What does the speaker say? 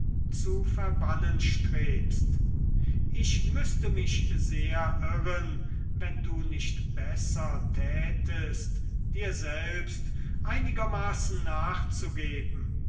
zu verbannen strebst ich müßte mich sehr irren wenn du nicht besser tätest dir selbst einigermaßen nachzugeben